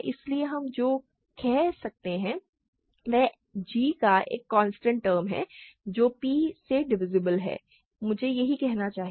इसलिए हम जो कह सकते हैं वह g का एक कांस्टेंट टर्म है जो p से डिवीसीब्ल है यही मुझे कहना चाहिए